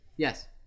Yes